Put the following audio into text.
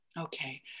Okay